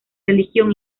religión